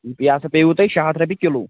یہِ ہاسا پیٚوٕ تۄہہِ شیٚے ہَتھ رۄپیہِ کِلوٗ